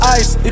ice